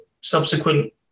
subsequent